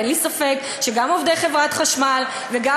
ואין לי ספק שגם עובדי חברת חשמל וגם